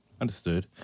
understood